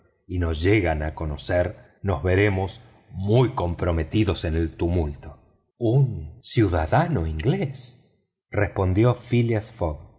y nos llegan a conocer nos veremos muy comprometidos en el tumulto un ciudadano inglés respondió phileas fogg